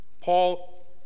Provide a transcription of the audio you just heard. Paul